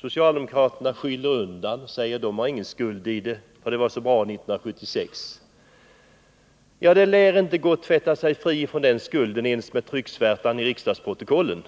Socialdemokraterna försöker skyla över och säger att de inte har någon skuld i detta, det var så bra 1976. Ja, men det lär inte gå att tvätta sig fri från den skulden ens med trycksvärtan i riksdagsprotokollet.